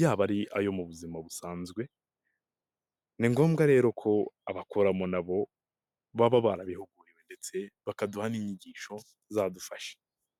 yaba ari ayo mu buzima busanzwe ni ngombwa rero ko abakoramo na bo baba barabihuguriwe ndetse bakaduha n'inyigisho zadufasha.